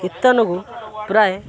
କୀର୍ତ୍ତନକୁ ପ୍ରାୟ